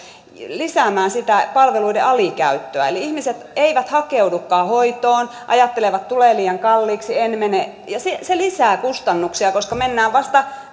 lisäämään sitä palveluiden alikäyttöä eli ihmiset eivät hakeudukaan hoitoon ajattelevat että tulee liian kalliiksi en mene ja se lisää kustannuksia koska mennään vasta